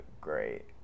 great